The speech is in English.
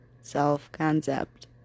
self-concept